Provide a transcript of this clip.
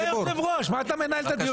זה היושב-ראש, מה, אתה מנהל את הדיון פה?